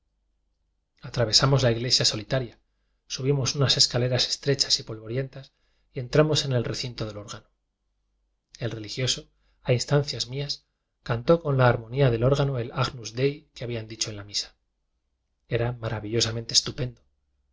atravesamos la iglesia solitaria subimos unas escaleras estrechas y polvorientas y entramos en el recinto del órgano el re ligioso a instancias mías cantó con la ar monía del órgano el agnus dei que habían dicho en la misa era maravillosamente es